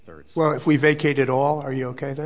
third well if we vacated all are you ok